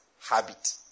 habit